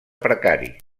precari